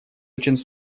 очень